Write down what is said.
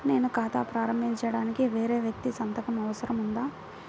నేను ఖాతా ప్రారంభించటానికి వేరే వ్యక్తి సంతకం అవసరం ఉందా?